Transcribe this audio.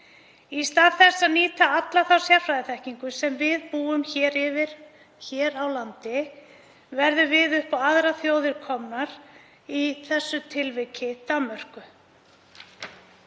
Í stað þess að nýta alla þá sérfræðiþekkingu sem við búum yfir hér á landi verðum við upp á aðrar þjóðir komin, í þessu tilviki Danmörku.